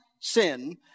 sin